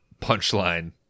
punchline